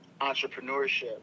entrepreneurship